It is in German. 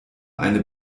eine